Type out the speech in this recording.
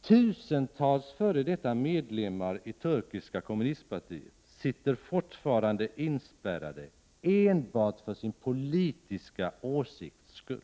Tusentals f.d. medlemmar i det turkiska kommunistpartiet sitter inspärrade enbart för sin politiska åsikts skull.